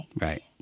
Right